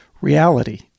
reality